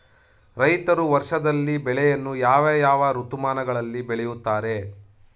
ರೈತರು ವರ್ಷದಲ್ಲಿ ಬೆಳೆಯನ್ನು ಯಾವ ಯಾವ ಋತುಮಾನಗಳಲ್ಲಿ ಬೆಳೆಯುತ್ತಾರೆ?